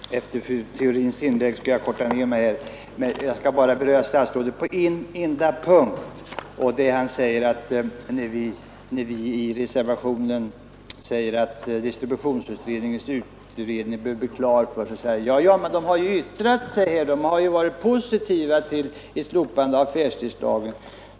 Herr talman! Efter fru Theorins inlägg skall jag fatta mig kort. Jag skall bara bemöta statsrådet på en enda punkt. Han erinrade om att vi i vår reservation säger att man skall avvakta distributionsutredningens slutresultat innan en förändring genomförs. Han säger att distributionsutredningen ju har yttrat sig i frågan och att den varit positiv till slopande av affärstidslagen.